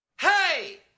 Hey